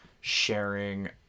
Sharing